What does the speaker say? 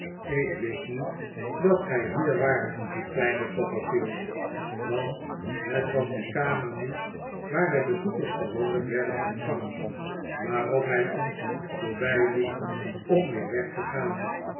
ik wist niet dat gij hier waart kleine copperfield want het was de kamer niet waar de bezoekers gewoonlijk werden ontvangen waarop hij ons voorbij hep om weer weg te gaan